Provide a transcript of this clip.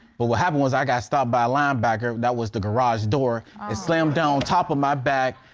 but what happened was i got stopped by a linebacker that was the garage door. it slammed down on top of my back.